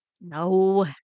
No